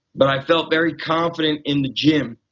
but i felt very confident in the gym,